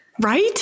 Right